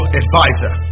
advisor